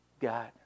God